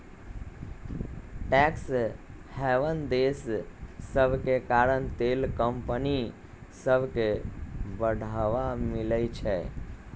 tax haven देश सभके कारण तेल कंपनि सभके बढ़वा मिलइ छै